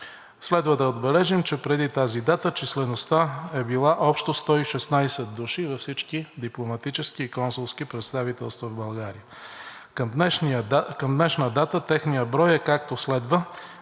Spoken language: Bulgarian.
Следва да отбележим, че преди тази дата числеността е била общо 116 души във всички дипломатически и консулски представителства в България. Към днешна дата техният брой е, както следва: